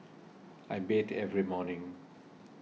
I bathe every morning